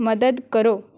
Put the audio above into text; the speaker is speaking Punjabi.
ਮਦਦ ਕਰੋ